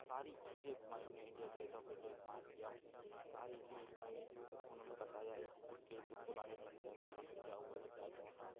सारी चीज़ें घुमाई उन्होंने इंडिया गेट ऑफ इंडिया घुमाए किया सारी चीज़ घुमाई उन्होंने बताया यहाँ कि प्लेसेस के बारे में बताया कि यहाँ पर क्या हुआ था क्या नहीं हुआ था